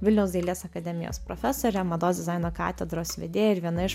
vilniaus dailės akademijos profesorė mados dizaino katedros vedėja ir viena iš